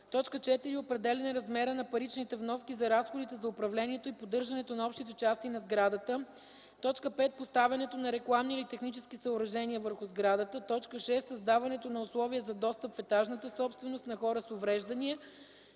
4. определяне размера на паричните вноски за разходите за управлението и поддържането на общите части на сградата; 5. поставянето на рекламни или технически съоръжения върху сградата; 6. създаването на условия за достъп в етажната собственост на хора с увреждания;